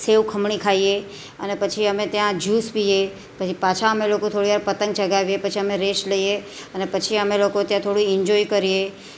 સેવ ખમણી ખાઈએ અને પછી અમે ત્યાં જ્યુસ પીએ પછી પાછા અમે લોકો થોડી વાર પતંગ ચગાવીએ પછી અમે રેસ લઈએ અને પછી અમે લોકો ત્યાં થોડી ઈન્જોય કરીએ